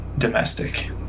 domestic